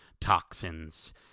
toxins